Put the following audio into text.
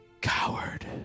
Coward